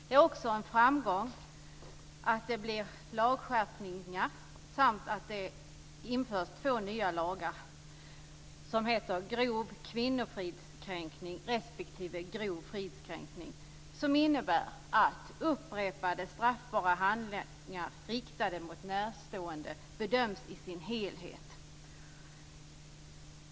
Det är också en framgång att det blir lagskärpningar samt att två nya lagar införs. Det gäller då grov kvinnofridskränkning respektive grov fridskränkning. Detta innebär att upprepade straffbara handlingar riktade mot närstående bedöms i sin helhet.